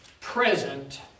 present